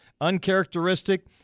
Uncharacteristic